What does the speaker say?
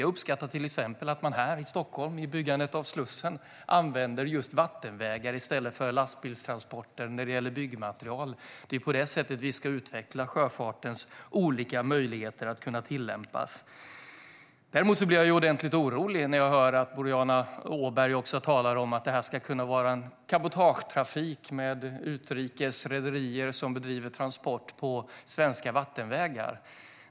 Jag uppskattar till exempel att man här i Stockholm, i byggandet av Slussen, använder just vattenvägar i stället för lastbilstransporter när det gäller byggmaterial. Det är på detta sätt vi ska utveckla de olika möjligheterna att tillämpa sjöfarten. Däremot blir jag ordentligt orolig när jag hör Boriana Åberg tala om att detta ska kunna vara cabotagetrafik med utrikes rederier som bedriver transport på svenska vattenvägar.